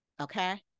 okay